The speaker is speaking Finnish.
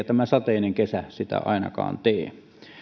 tämä sateinen kesä sitä ainakaan tee